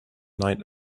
night